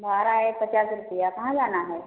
भाड़ा है पचास रुपया कहाँ लाना है